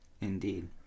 Indeed